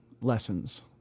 lessons